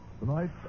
Tonight